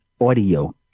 audio